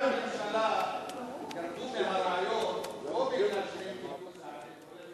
כשהממשלה ירדו מהרעיון לא בגלל זה בגלל